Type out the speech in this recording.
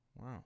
Wow